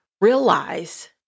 realize